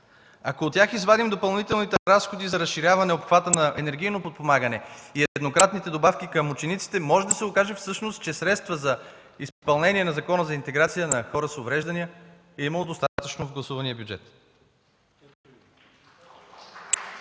Ако от тях извадим допълнителните разходи за разширяване обхвата на енергийното подпомагане и еднократните добавки към учениците, може да се окаже, че средства за изпълнение на Закона за интеграция на хората с увреждания е имало достатъчно в гласувания бюджет.